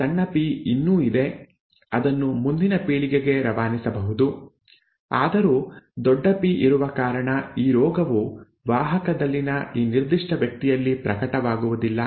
ಸಣ್ಣ ಪಿ ಇನ್ನೂ ಇದೆ ಅದನ್ನು ಮುಂದಿನ ಪೀಳಿಗೆಗೆ ರವಾನಿಸಬಹುದು ಆದರೂ ದೊಡ್ಡ ಪಿ ಇರುವ ಕಾರಣ ಈ ರೋಗವು ವಾಹಕದಲ್ಲಿನ ಈ ನಿರ್ದಿಷ್ಟ ವ್ಯಕ್ತಿಯಲ್ಲಿ ಪ್ರಕಟವಾಗುವುದಿಲ್ಲ